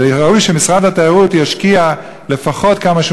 וראוי שמשרד התיירות ישקיע לפחות כמה שהוא